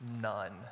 none